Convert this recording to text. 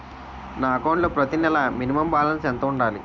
నా అకౌంట్ లో ప్రతి నెల మినిమం బాలన్స్ ఎంత ఉండాలి?